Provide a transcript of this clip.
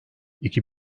iki